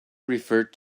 referred